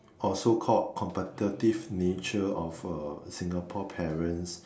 or so called competitive nature of a Singapore parents